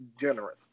generous